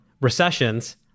recessions